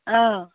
অঁ